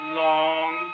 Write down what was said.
long